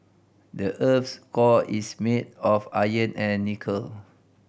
the earth's core is made of iron and nickel